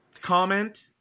comment